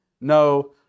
no